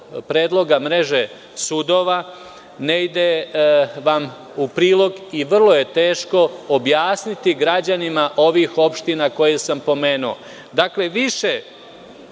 mreže sudova, ne ide vam u prilog i vrlo je teško objasniti građanima ovih opština koje sam pomenuo. Dakle, više